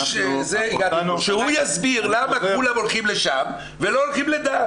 שהוא יסביר למה כולם הולכים לשם ולא לדעת.